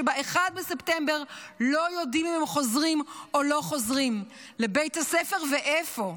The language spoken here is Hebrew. שב-1 בספטמבר לא יודעים אם הם חוזרים או לא חוזרים לבית הספר ואיפה.